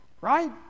Right